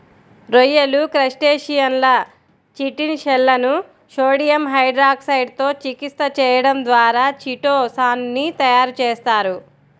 రొయ్యలు, క్రస్టేసియన్ల చిటిన్ షెల్లను సోడియం హైడ్రాక్సైడ్ తో చికిత్స చేయడం ద్వారా చిటో సాన్ ని తయారు చేస్తారు